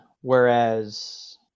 Whereas